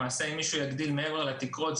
אם מישהו יגדיל מעבר לתקרות,